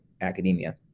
academia